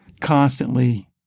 constantly